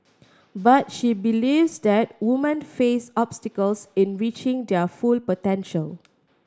but she believes that woman face obstacles in reaching their full potential